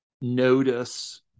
notice